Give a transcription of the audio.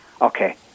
Okay